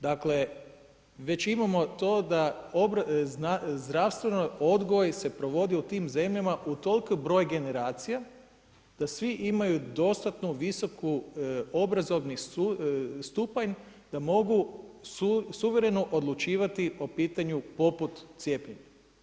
Dakle, već imamo to da zdravstveni odgoj se provodi u tim zemljama u toliki broj generacija da svi imaju dostatnu visoku obrazovni stupanj da mogu suvereno odlučivati o pitanju poput cijepljenja.